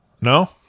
No